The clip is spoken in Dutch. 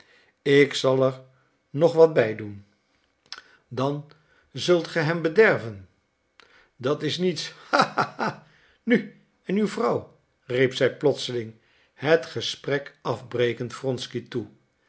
ik zal er nog wat bij doen dan zult ge hem bederven dat is niets ha ha ha nu en uw vrouw riep zij plotseling het gesprek afbrekend wronsky toe